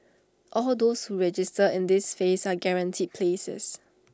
all those who register in this phase are guaranteed places